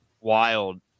wild